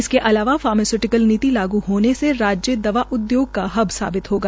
इसके अलावा फार्मास्यूटिकल नीति लागू होने से राज्य दवा आयोग का हब साबित होगा